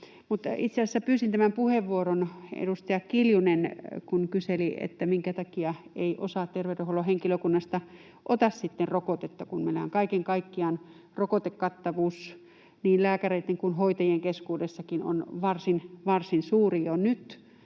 pyysin tämän puheenvuoron, kun edustaja Kiljunen kyseli, minkä takia ei osa terveydenhuollon henkilökunnasta sitten ota rokotetta, kun meillä on kaiken kaikkiaan rokotekattavuus niin lääkäreiden kuin hoitajien keskuudessakin varsin, varsin suuri jo nyt